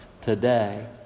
today